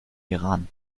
iran